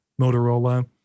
Motorola